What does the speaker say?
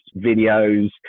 videos